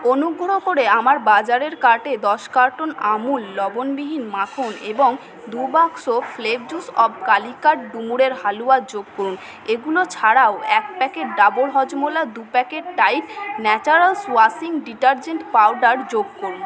অনুগ্রহ করে আমার বাজারের কার্টে দশ কার্টন আমুল লবণবিহীন মাখন এবং দু বাক্স ফ্লেভার জুস অব কালিকাট ডুমুরের হালুয়া যোগ করুন এগুলো ছাড়াও এক প্যাকেট ডাবর হজমোলা দু packet Tide naturals washing detergent powder যোগ করুন